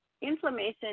Inflammation